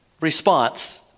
response